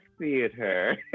theater